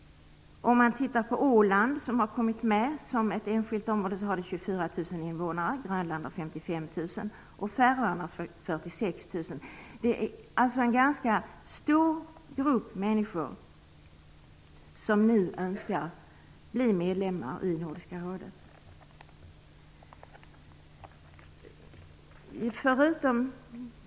Om man tittar på Åland, som har kommit med som ett enskilt område, kan man notera att det har 24 000 invånare. Grönland har 55 000 och Färöarna har 46 000. Det är alltså en ganska stor grupp människor som nu önskar bli medlem i Nordiska rådet.